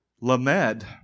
Lamed